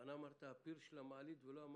בכוונה אמרת: "הפיר של המעלית", ולא "המעלית"?